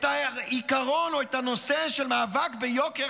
את העיקרון או את הנושא של מאבק ביוקר